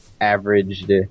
averaged